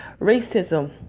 racism